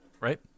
Right